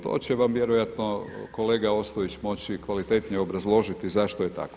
To će vam vjerojatno kolega Ostojić moći kvalitetnije obrazložiti zašto je tako.